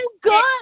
good